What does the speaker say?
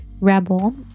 Rebel